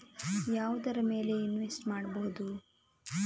ಯಾವುದರ ಮೇಲೆ ಇನ್ವೆಸ್ಟ್ ಮಾಡಬಹುದು?